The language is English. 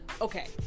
okay